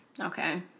Okay